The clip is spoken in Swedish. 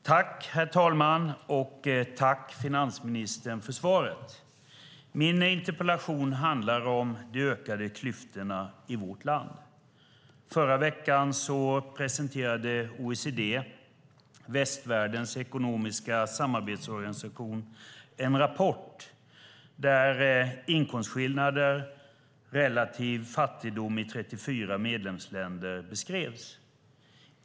Herr talman! Jag tackar finansministern för svaret. Min interpellation handlar om de ökade klyftorna i vårt land. Förra veckan presenterade OECD, västvärldens ekonomiska samarbetsorganisation, en rapport där inkomstskillnader och relativ fattigdom i 34 medlemsländer beskrivs.